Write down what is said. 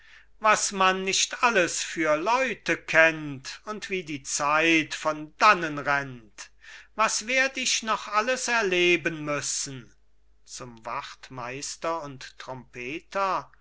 was man nicht alles für leute kennt und wie die zeit von dannen rennt was werd ich noch alles erleben müssen zum wachtmeister und trompeter